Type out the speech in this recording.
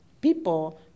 people